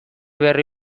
berri